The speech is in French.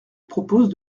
propose